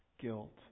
guilt